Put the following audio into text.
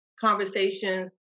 conversations